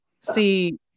See